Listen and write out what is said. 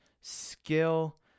skill